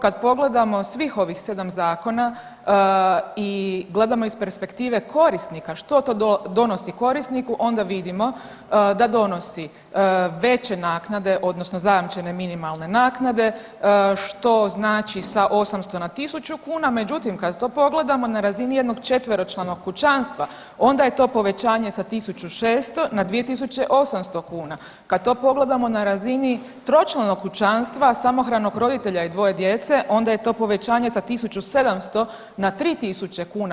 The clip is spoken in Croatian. Kad pogledamo svih ovih 7 zakona i gledamo iz perspektive korisnika, što to donosi korisniku, onda vidimo da donosi veće naknade, odnosno zajamčene minimalne naknade, što znači sa 800 na 1000 kuna, međutim, kad to pogledamo na razini jednog četveročlanog kućanstva, onda je to povećanje za 1600 na 2800 kuna, kad to pogledamo na razini tročlanog kućanstva samohranog roditelja i dvoje djece, onda je to povećanje sa 1700 na 3000 kuna.